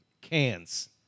Cans